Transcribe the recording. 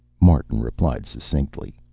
martin replied succinctly.